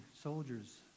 soldiers